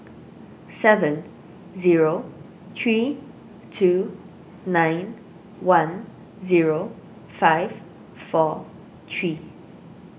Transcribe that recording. seven zero three two nine one zero five four three